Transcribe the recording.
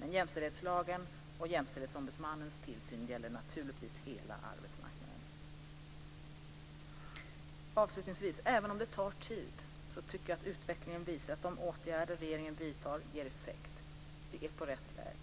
Men jämställdhetslagen och Jämställdhetsombudsmannens tillsyn gäller naturligtvis hela arbetsmarknaden. Även om det tar tid tycker jag att utvecklingen visar att de åtgärder regeringen vidtar ger effekt. Vi är på rätt väg.